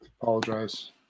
Apologize